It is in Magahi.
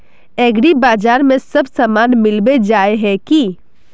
एग्रीबाजार में सब सामान मिलबे जाय है की?